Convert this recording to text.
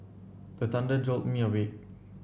the thunder jolt me awake